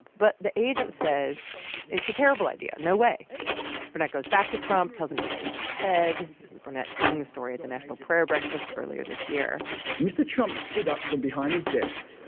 but the agent says it's a terrible idea no way. burnett goes back to trump, tells him what the agent said this is burnett telling the story at the national prayer breakfast earlier this year mr. trump stood up from behind his desk